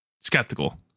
Skeptical